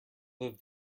live